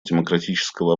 демократического